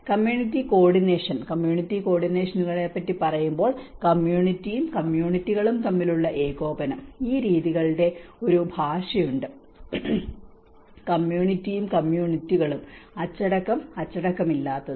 community coordination community കോർഡിനേഷനെ പറ്റിപറയുമ്പോൾ കമ്മ്യൂണിറ്റിയും കമ്മ്യൂണിറ്റികളും തമ്മിലുള്ള ഏകോപനം ഈ രീതികളുടെ ഒരു ഭാഷയുണ്ട് കമ്മ്യൂണിറ്റിയും കമ്മ്യൂണിറ്റികളും അച്ചടക്കം അച്ചടക്കമില്ലാത്തത്